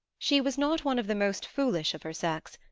she was not one of the most foolish of her sex,